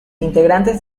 integrantes